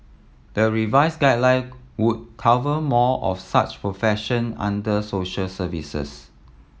the revised guideline would cover more of such profession under social services